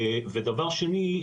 דבר שני,